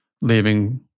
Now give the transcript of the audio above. leaving